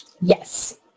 Yes